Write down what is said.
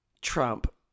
Trump